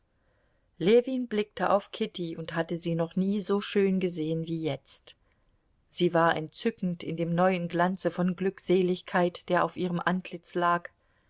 ljewin blickte auf kitty und hatte sie noch nie so schön gesehen wie jetzt sie war entzückend in dem neuen glanze von glückseligkeit der auf ihrem antlitz lag